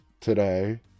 today